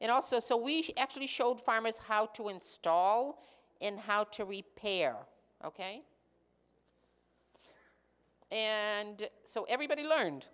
and also so we actually showed farmers how to install and how to prepare ok and so everybody learned